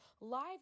live